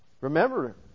Remember